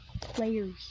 players